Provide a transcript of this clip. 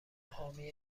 حامی